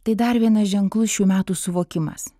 tai dar vienas ženklus šių metų suvokimas